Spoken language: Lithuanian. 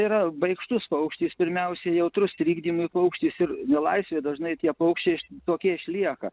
yra baikštus paukštis pirmiausia jautrus trikdymui paukštis ir nelaisvėj dažnai tie paukščiai tokie išlieka